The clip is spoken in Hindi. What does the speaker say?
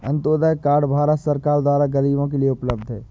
अन्तोदय कार्ड भारत सरकार द्वारा गरीबो के लिए उपलब्ध है